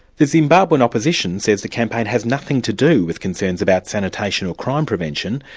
the zimbabwean opposition says the campaign has nothing to do with concerns about sanitation or crime prevention,